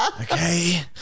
Okay